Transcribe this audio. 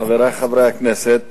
חברי חברי הכנסת,